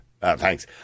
Thanks